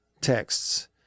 texts